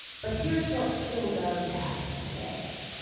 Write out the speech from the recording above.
but here's what still does happen today.